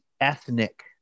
ethnic